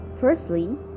firstly